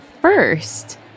first